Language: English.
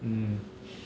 mm